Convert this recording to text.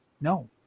No